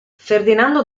ferdinando